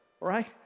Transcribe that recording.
right